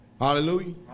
Hallelujah